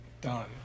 Done